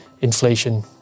inflation